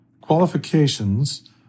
Qualifications